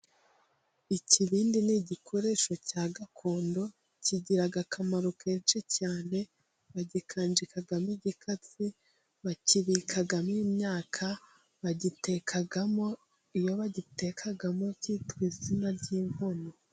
Ikibindi ni igikoresho cya gakondo kigira akamaro kenshi cyane, bagikanjikamo igikatsi bakibikamo imyaka bagitekamo iyo bagitekamo cyitwa izina ry'inkono.